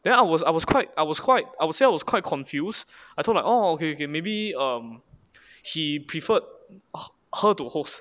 then I was I was quite I was quite I would say I was quite confused I took like oh okay okay maybe um he preferred her to host